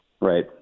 Right